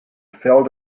felt